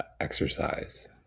exercise